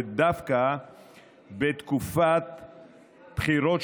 ודווקא בתקופת בחירות,